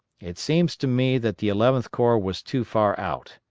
it seems to me that the eleventh corps was too far out.